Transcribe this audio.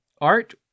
Art